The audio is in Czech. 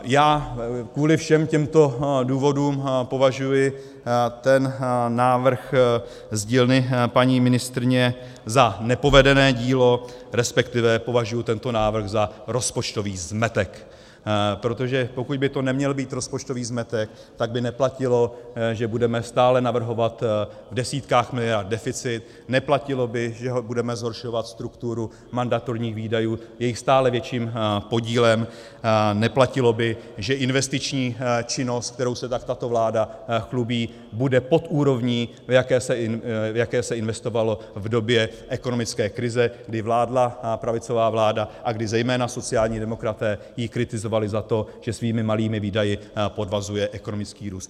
Já kvůli všem těmto důvodům považuji návrh z dílny paní ministryně za nepovedené dílo, resp. považuji tento návrh za rozpočtový zmetek, protože pokud by to neměl být rozpočtový zmetek, tak by neplatilo, že budeme stále navrhovat v desítkách miliard deficit, neplatilo by, že budeme zhoršovat strukturu mandatorních výdajů jejich stále větším podílem, neplatilo by, že investiční činnost, kterou se tak tato vláda chlubí, bude pod úrovní, v jaké se investovalo v době ekonomické krize, kdy vládla pravicová vláda a kdy zejména sociální demokraté ji kritizovali za to, že svými malými výdaji podvazuje ekonomický růst.